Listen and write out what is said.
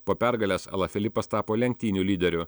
po pergalės ala filipas tapo lenktynių lyderiu